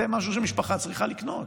זה משהו שמשפחה צריכה לקנות,